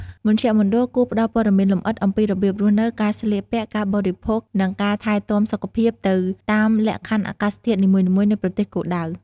មជ្ឈមណ្ឌលគួរផ្តល់ព័ត៌មានលម្អិតអំពីរបៀបរស់នៅ ការស្លៀកពាក់ ការបរិភោគ និងការថែទាំសុខភាពទៅតាមលក្ខខណ្ឌអាកាសធាតុនីមួយៗនៃប្រទេសគោលដៅ។